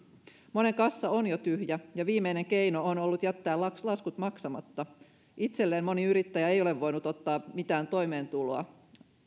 monen kassa on jo tyhjä ja viimeinen keino on ollut jättää laskut maksamatta itselleen moni yrittäjä ei ole voinut ottaa mitään toimeentuloa